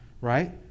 right